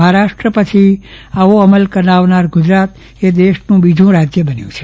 મહારાષ્ટ્ર પછી આવો અમલ કરાવનાર ગુજરાત દેશનું બીજું રાજ્ય બન્યું છે